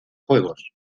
juegos